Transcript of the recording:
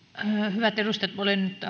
hyvät edustajat nyt